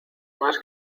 más